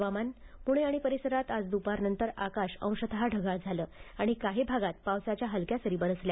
हवामान प्रणे आणि परिसरात आज दुपारनंतर आकाश अंशतः ढगाळ झालं आणि काही भागात पावसाच्या हलक्या सरी बरसल्या